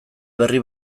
berri